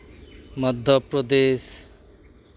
Madhya Pradesh